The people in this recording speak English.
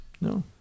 No